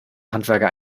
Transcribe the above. handwerker